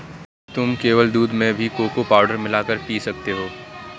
तुम केवल दूध में भी कोको पाउडर मिला कर पी सकते हो